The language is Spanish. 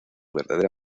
verdadera